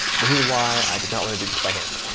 this is why i did not want to do this by hand.